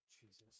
Jesus